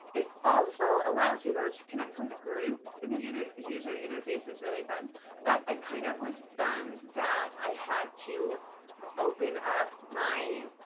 it also allows you those to connect with groups and the user user interface is really fun but i kind of was bummed that i had to open up my